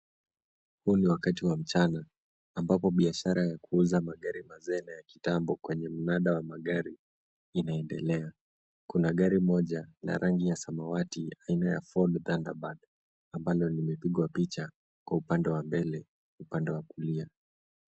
Huu ni wakati wa mchana ambapo biashara ya kuuza magari mazee na ya kitambo kwenye mnada wa magari inaendelea. Kuna gari moja la rangi ya samawati aina ya Ford Thunderbird ambalo limepigwa picha kwa upande wa mbele upande wa kulia.